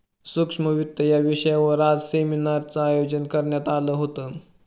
सूक्ष्म वित्त या विषयावर आज सेमिनारचं आयोजन करण्यात आलं होतं